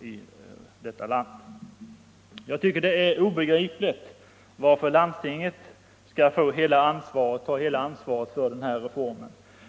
Tisdagen den Jag tycker det är obegripligt att man vill att landstingen skall ta hela 20 maj 1975 ansvaret för reformen.